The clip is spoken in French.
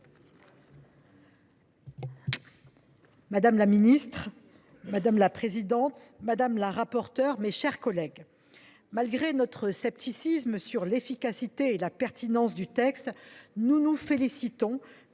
Républicains. Madame la présidente, madame la ministre, mes chers collègues, malgré notre scepticisme sur l’efficacité et la pertinence de ce texte, nous nous félicitons